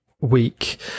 week